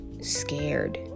scared